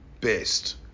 best